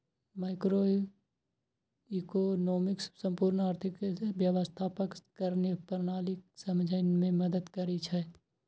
microeconomics संपूर्ण आर्थिक व्यवस्थाक कार्यप्रणाली कें समझै मे मदति करै छै